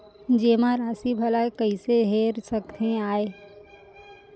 जेमा राशि भला कइसे हेर सकते आय?